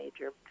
major